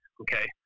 Okay